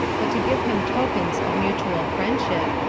but to give him tokens of mutual friendship,